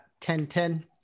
10-10